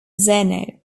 zeno